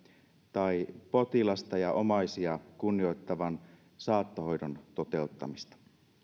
tai potilasta ja omaisia kunnioittavan saattohoidon toteuttamista